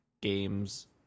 games